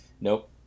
Nope